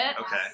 Okay